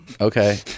okay